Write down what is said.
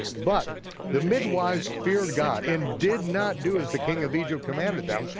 but the midwives feared god and did not do as the king of egypt commanded them,